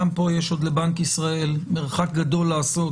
גם פה יש עוד לבנק ישראל מרחק גדול לעשות